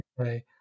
okay